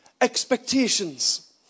expectations